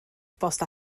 bost